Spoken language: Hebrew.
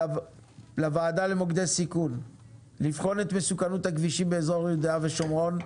לוועדה למוקדי סיכון לבחון את מסוכנות הכבישים באזור יהודה ושומרון,